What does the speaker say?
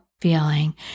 feeling